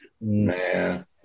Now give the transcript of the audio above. Man